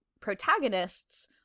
protagonists